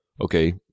okay